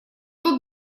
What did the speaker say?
тут